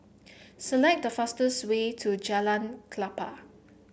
select the fastest way to Jalan Klapa